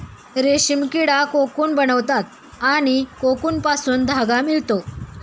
रेशीम किडा कोकून बनवतात आणि कोकूनपासून धागा मिळतो